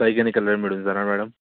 बैंगनी कलर मिळून जाणार मॅडम